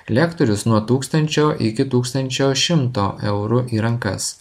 lektorius nuo tūkstančio iki tūkstančio šimto eurų į rankas